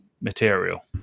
material